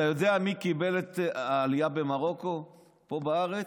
אתה יודע מי קיבל את העלייה ממרוקו פה בארץ?